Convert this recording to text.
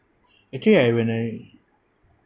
actually I when I